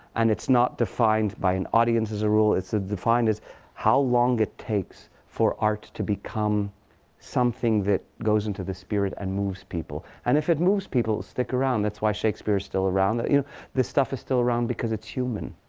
and it's not defined by an audience as a rule. it's ah defined as how long it takes for art to become something that goes into the spirit and moves people. and if it moves people will stick around. that's why shakespeare is still around. you know this stuff is still around because it's human.